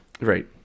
right